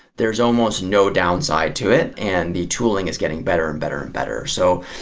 there's almost no downside to it and the tooling is getting better and better and better. so,